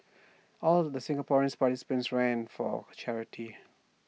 all the Singaporean participants ran for charity